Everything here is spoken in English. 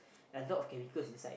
a lot of chemicals inside